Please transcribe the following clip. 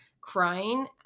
crying